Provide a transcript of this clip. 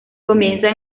comienza